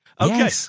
okay